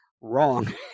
wrong